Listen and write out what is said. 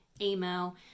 email